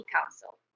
Council